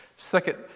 Second